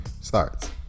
starts